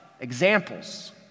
examples